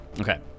Okay